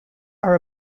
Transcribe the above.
are